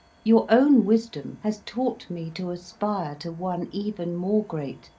your own wisdom has taught me to aspire to one even more great,